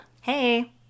hey